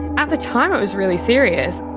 at the time it was really serious.